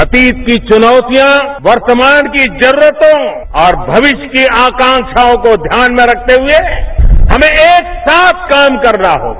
अतीत की चुनौतियां वर्तमान की जरूरतों और भविष्य की आकांक्षाओं को ध्यान में रखते हुए हमें एक साथ काम करना होगा